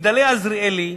"מגדלי עזריאלי",